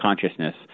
consciousness